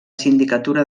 sindicatura